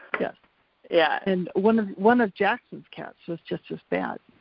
yeah yeah, and one of one of jackson's cats was just as bad.